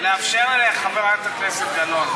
לאפשר לחברת הכנסת גלאון.